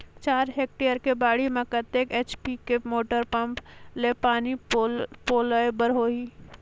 चार हेक्टेयर के बाड़ी म कतेक एच.पी के मोटर पम्म ले पानी पलोय बर होही?